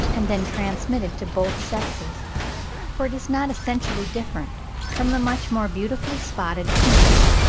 and then transmitted to both sexes for it is not essentially different from the much more beautifully spotted plumage,